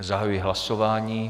Zahajuji hlasování.